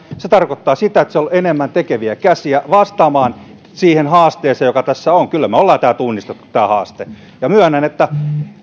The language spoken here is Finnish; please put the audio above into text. se tarkoittaa sitä että siellä on enemmän tekeviä käsiä vastaamaan siihen haasteeseen joka tässä on kyllä me olemme tunnistaneet tämän haasteen ja myönnän että